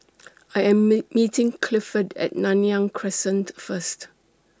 I Am meet meeting Clifford At Nanyang Crescent First